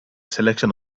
selection